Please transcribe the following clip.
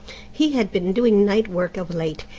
he had been doing night work of late,